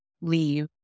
leave